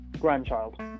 grandchild